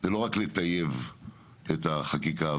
הוא לא רק לטייב את החקיקה,